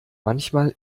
manchmal